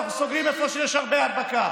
אנחנו סוגרים איפה שיש הרבה הדבקה.